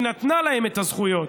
היא נתנה להם את הזכויות.